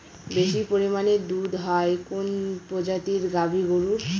বেশি পরিমানে দুধ হয় কোন প্রজাতির গাভি গরুর?